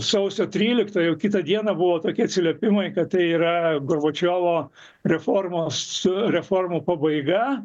sausio tryliktą jau kitą dieną buvo tokie atsiliepimai kad tai yra gorbačiovo reformos reformų pabaiga